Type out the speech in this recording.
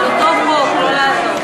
נא להצביע.